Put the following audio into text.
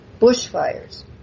Bushfires